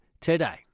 today